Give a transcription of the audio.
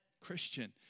Christian